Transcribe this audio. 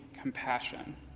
compassion